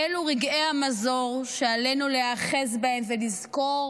אלו רגעי המזור שעלינו להיאחז בהם ולזכור